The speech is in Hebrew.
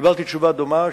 קיבלתי תשובה דומה,